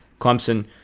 Clemson